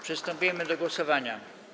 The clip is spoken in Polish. Przystępujemy do głosowania.